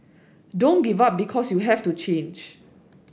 don't give up because you have to change